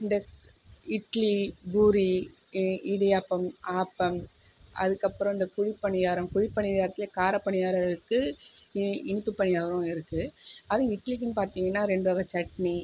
இந்த இட்லி பூரி இ இடியாப்பம் ஆப்பம் அதற்கப்பறம் இந்த குழிப்பணியாரம் குழிப்பணியாரத்துல காரப்பணியாரம் இருக்கு இனிப்பு பணியாரம் இருக்கு அதுவும் இட்லிக்குன்னு பார்த்தீங்கன்னா ரெண்டு வகை சட்னி